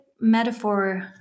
metaphor